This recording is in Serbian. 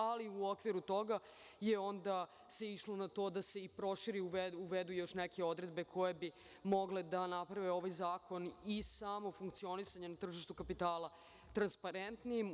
Ali, u okviru toga se onda išlo na to da se i prošire i uvedu još neke odredbe koje bi mogle da naprave ovaj zakon i samo funkcionisanje na tržištu kapitala transparentnijim.